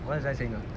what was I saying ah